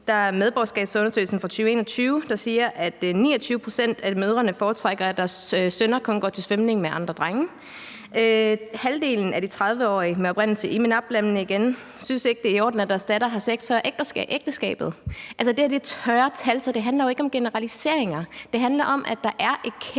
Der er medborgerskabsundersøgelsen fra 2021, der siger, at 29 pct. af mødrene foretrækker, at deres sønner kun går til svømning med andre drenge. Halvdelen af de 30-årige med oprindelse i – igen – MENAPT-landene synes ikke, det er i orden, at deres datter har sex før ægteskabet. Altså, det her er tørre tal, så det handler jo ikke om generaliseringer. Det handler om, at der er et kæmpe